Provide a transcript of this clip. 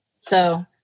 So-